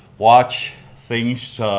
watch things,